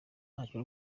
ntacyo